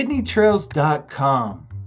Kidneytrails.com